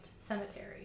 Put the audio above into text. Cemetery